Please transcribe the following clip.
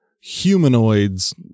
humanoids